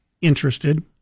interested